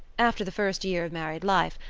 after the first year of married life,